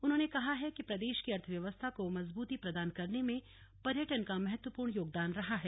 उन्होंने कहा कि प्रदेश की अर्थव्यवस्था को मजबूती प्रदान करने में पर्यटन का महत्वपूर्ण योगदान रहा है